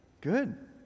Good